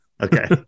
Okay